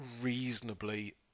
reasonably